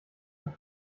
paar